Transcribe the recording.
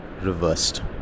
reversed